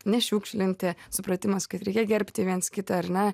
nešiukšlinti supratimas kad reikia gerbti viens kitą ar ne